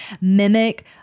mimic